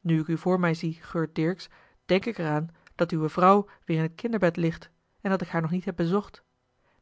nu ik u voor mij zie geurt dirksz denk ik er aan dat uwe vrouw weêr in t kinderbed ligt en dat ik haar nog niet heb bezocht